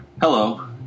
Hello